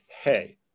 hey